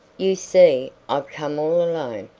you see, i've come all alone,